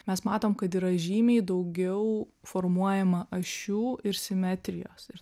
mes matom kad yra žymiai daugiau formuojama ašių ir simetrijos ir